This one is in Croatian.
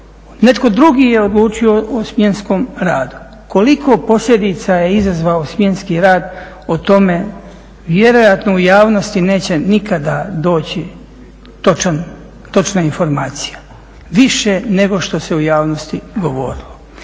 Netko drugi je odlučio o smjenskom radu koliko posljedica je izazvao smjenski rad o tome vjerojatno u javnosti neće nikada doći točna informacija više nego što se u javnosti govorilo.